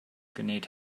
genäht